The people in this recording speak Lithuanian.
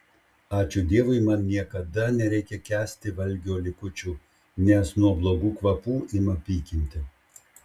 ačiū dievui man niekada nereikia kęsti valgio likučių nes nuo blogų kvapų ima pykinti